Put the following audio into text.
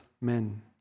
men